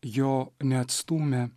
jo neatstūmė